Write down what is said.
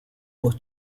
los